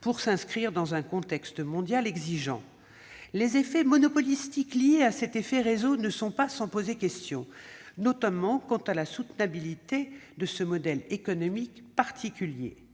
pour s'inscrire dans un contexte mondial exigeant. Les effets monopolistiques liés à cet effet réseau ne sont pas sans poser question, notamment quant à la soutenabilité de ce modèle économique particulier